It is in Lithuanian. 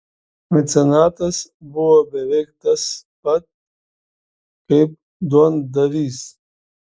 mecenatas buvo beveik tas pat kaip duondavys